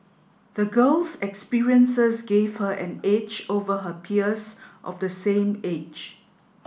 the girl's experiences gave her an edge over her peers of the same age